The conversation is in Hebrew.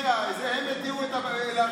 הם התירו להכניס את החמץ.